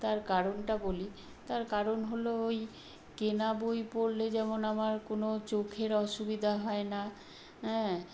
তার কারণটা বলি তার কারণ হলো ওই কেনা বই পড়লে যেমন আমার কোনো চোখের অসুবিধা হয় না অ্যাঁ